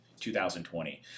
2020